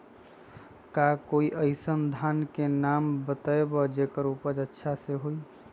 का कोई अइसन धान के नाम बताएब जेकर उपज अच्छा से होय?